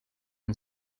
and